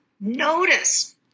Notice